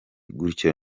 gutyo